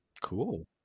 Cool